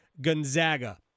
Gonzaga